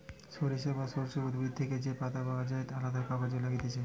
সরিষা বা সর্ষে উদ্ভিদ থেকে যে পাতা পাওয় যায় আলদা কাজে লাগতিছে